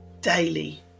daily